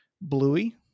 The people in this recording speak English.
Bluey